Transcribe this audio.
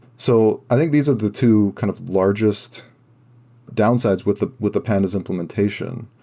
so i think these are the two kind of largest downsides with the with the pandas implementation,